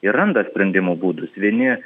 ir randa sprendimų būdus vieni